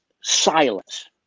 silence